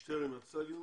שטרן, רצית לומר משהו?